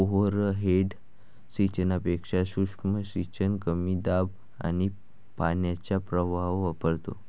overhead सिंचनापेक्षा सूक्ष्म सिंचन कमी दाब आणि पाण्याचा प्रवाह वापरतो